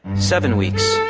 seven weeks.